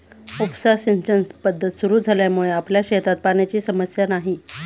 उपसा सिंचन पद्धत सुरु झाल्यामुळे आपल्या शेतात पाण्याची समस्या नाही